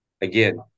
Again